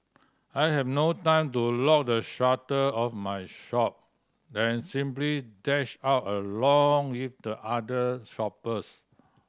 I had no time to lock the shutter of my shop and simply dashed out along with the other shoppers